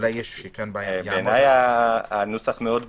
בעיניי הנוסח מאוד ברור: